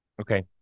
okay